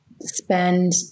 spend